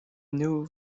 new